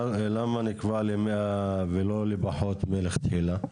למה נקבע ל-100 ולא לפחות מלכתחילה?